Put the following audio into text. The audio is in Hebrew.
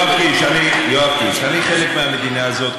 יואב קיש, אני חלק מהמדינה הזאת.